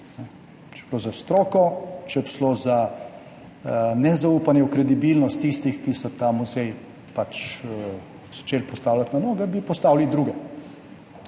Če bi šlo za stroko, če bi šlo za nezaupanje v kredibilnost tistih, ki so ta muzej začeli postavljati na noge, bi postavili druge,